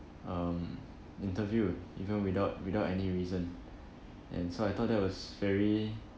um interview even without without any reason and so I thought that was very